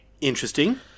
Interesting